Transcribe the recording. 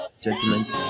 Judgment